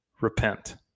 repent